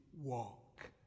walk